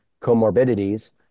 comorbidities